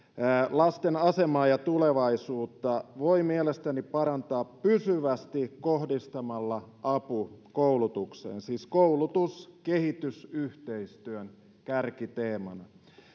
lasten asemaa ja tulevaisuutta voi mielestäni parantaa pysyvästi kohdistamalla apu koulutukseen siis koulutus kehitysyhteistyön kärkiteemana